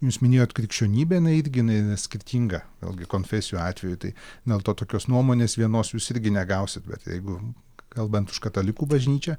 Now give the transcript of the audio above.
jūs minėjot krikščionybė jinai irgi jinai yra skirtinga vėlgi konfesijų atveju tai nėl to tokios nuomonės vienos jūs irgi negausit bet jeigu kalbant už katalikų bažnyčią